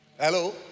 Hello